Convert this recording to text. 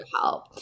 help